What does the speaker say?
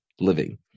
living